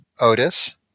Otis